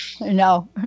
no